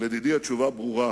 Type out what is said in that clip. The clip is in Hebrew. לדידי התשובה ברורה: